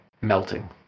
melting